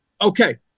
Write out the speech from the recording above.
okay